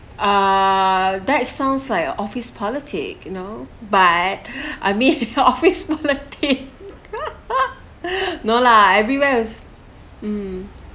ah that sounds like a office politic you know but I'm in office politic no lah everywhere was mm